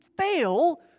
fail